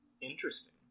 Interesting